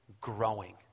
growing